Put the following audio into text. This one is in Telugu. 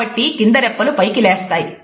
కాబట్టి కింద రెప్పలు పైకి లేస్తాయి